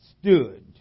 stood